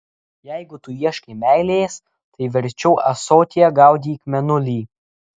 jeigu tu ieškai meilės tai verčiau ąsotyje gaudyk mėnulį